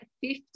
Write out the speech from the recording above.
fifth